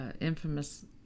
infamous